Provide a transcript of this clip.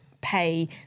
pay